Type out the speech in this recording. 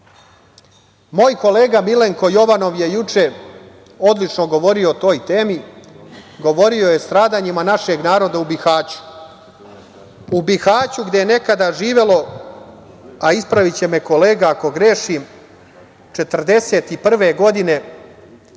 Moj kolega Milenko Jovanov je juče odlično govorio o toj temi, govorio je o stradanjima našeg naroda u Bihaću. U Bihaću gde je nekada živelo, a ispraviće me kolega ako grešim, 1941. godine